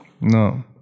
No